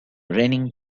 raining